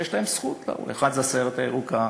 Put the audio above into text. שיש להם זכות: אחד, זה הסיירת הירוקה,